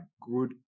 good